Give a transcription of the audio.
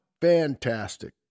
Fantastic